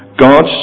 God